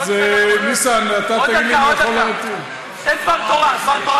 אז עכשיו אנחנו